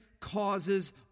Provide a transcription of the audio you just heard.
causes